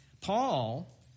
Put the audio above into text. Paul